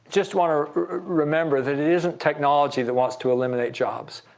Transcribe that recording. just want to remember that it isn't technology that wants to eliminate jobs.